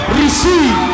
receive